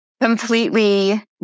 completely